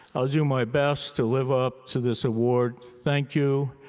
i'll do my best to live up to this award. thank you,